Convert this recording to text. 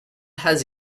has